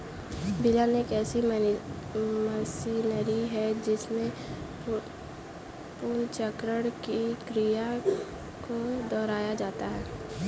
बेलन एक ऐसी मशीनरी है जिसमें पुनर्चक्रण की क्रिया को दोहराया जाता है